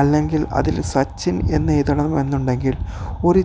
അല്ലെങ്കിൽ അതിൽ സച്ചിൻ എന്നെഴുതണമെന്നുണ്ടെങ്കിൽ ഒരു